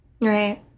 Right